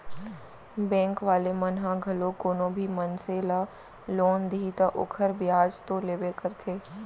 bank वाले मन ह घलोक कोनो भी मनसे ल लोन दिही त ओखर बियाज तो लेबे करथे